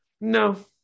no